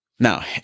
Now